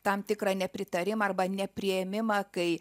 tam tikrą nepritarimą arba nepriėmimą kai